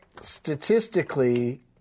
statistically